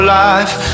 life